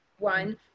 One